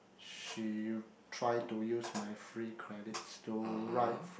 she try to use my free credits to ride from